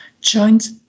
joint